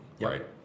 right